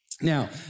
Now